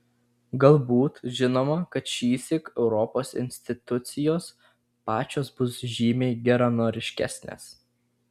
galbūt žinoma kad šįsyk europos institucijos pačios bus žymiai geranoriškesnės